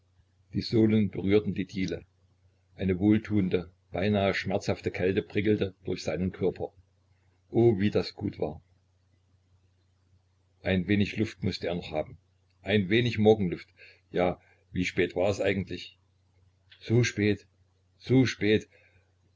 die sohlen berührten die diele eine wohltuende beinahe schmerzhafte kälte prickelte durch seinen körper oh wie gut das war ein wenig luft mußte er noch haben ein wenig morgenluft ja wie spät war es eigentlich so spät so spät